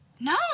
No